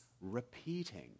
repeating